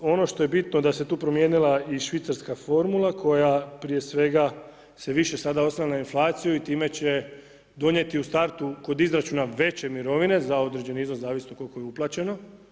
Ono što je bitno da se tu promijenila i švicarska formula koja prije svega se više sada oslanja na inflaciju i time će donijeti u startu kod izračuna veće mirovine za određeni iznos zavisno koliko je uplaćeno.